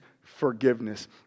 forgiveness